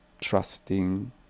trusting